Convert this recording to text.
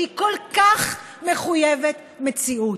שהיא כל כך מחויבת המציאות.